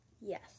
Yes